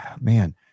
man